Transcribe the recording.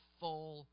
full